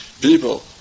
people